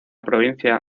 provincia